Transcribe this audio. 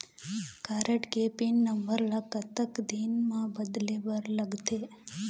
Card के pin number ला कतक दिन म बदले बर लगथे?